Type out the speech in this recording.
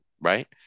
right